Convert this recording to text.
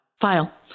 file